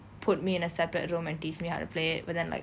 put me in a separate room and teach me how play but then like